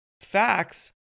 facts